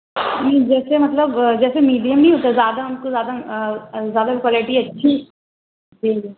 نہیں جیسے مطلب جیسے میڈیم ہی سے زیادہ ہم کو زیادہ آ زیادہ کوالٹی اچھی چاہیے